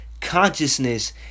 Consciousness